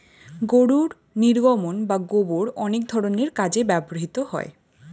গরুর নির্গমন বা গোবর অনেক ধরনের কাজে ব্যবহৃত হয়